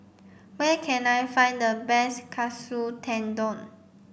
where can I find the best Katsu Tendon